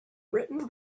britain